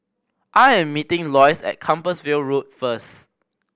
I am meeting Loyce at Compassvale Road first